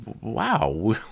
wow